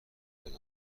مرگ